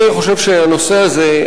אני חושב שהנושא הזה,